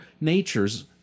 natures